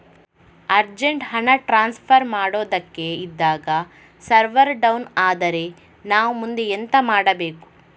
Urgent ಹಣ transfer ಮಾಡೋದಕ್ಕೆ ಇದ್ದಾಗ ಸರ್ವರ್ ಡೌನ್ ಆದರೆ ನಾವು ಮುಂದೆ ಎಂತ ಮಾಡಬೇಕು?